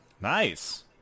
Nice